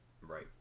right